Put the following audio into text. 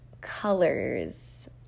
colors